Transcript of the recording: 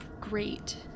great